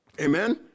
Amen